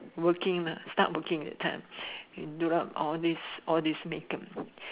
working ah start working that time do up all this all this make up